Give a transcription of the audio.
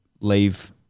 leave